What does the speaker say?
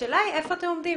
השאלה היא איפה אתם עומדים.